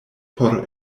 por